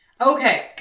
Okay